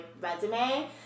resume